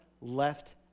left